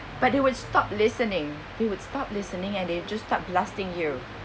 but they would stop listening they would stop listening and they just start blasting you